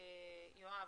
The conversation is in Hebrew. יואב,